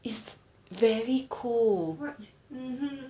it's very cool